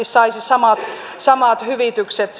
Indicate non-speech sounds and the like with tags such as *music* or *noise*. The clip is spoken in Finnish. *unintelligible* saisi euromääräisesti samat hyvitykset *unintelligible*